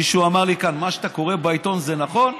מישהו אמר לי כאן: מה שאתה קורא בעיתון זה נכון?